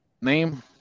name